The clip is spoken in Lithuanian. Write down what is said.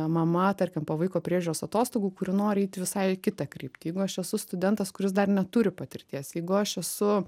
mama tarkim po vaiko priežiūros atostogų kurių noriu eit visai į kitą kryptį jeigu aš esu studentas kuris dar neturi patirties jeigu aš esu